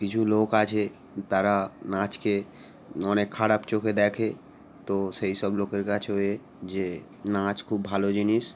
কিছু লোক আছে তারা নাচকে অনেক খারাপ চোখে দেখে তো সেইসব লোকের কাছেও এ যে নাচ খুব ভালো জিনিস